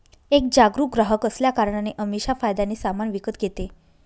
एक जागरूक ग्राहक असल्या कारणाने अमीषा फायद्याने सामान विकत घेते